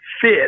fit